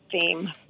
theme